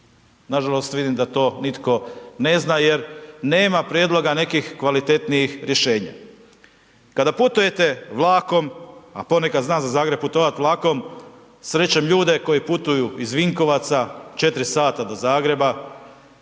Nažalost, vidim da to nitko ne zna jer nema prijedloga nekih kvalitetnijih rješenja. Kada putujete vlakom, a ponekad znam za Zagreb putovati vlakom, srećem ljude koji putuju iz Vinkovaca, 4 sata do Zagreba,